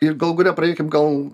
ir galų gale pradėkim gal